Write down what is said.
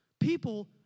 People